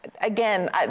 Again